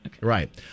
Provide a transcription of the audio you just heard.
Right